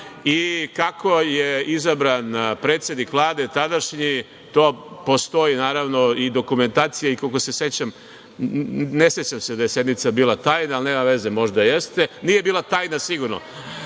i kako je izabran predsednik Vlade tadašnji postoji naravno i dokumentacija za to i koliko se sećam - ne sećam se da je sednica bila tajna, ali nema veze, možda jeste, nije bila tajna sigurno.